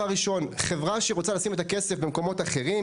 חברה שרוצה לשים את הכסף במקומות אחרים,